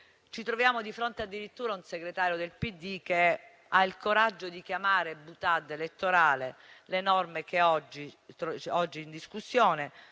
Ci troviamo di fronte addirittura a un segretario del PD che ha il coraggio di chiamare "*boutade* elettorale" la normativa che oggi è in discussione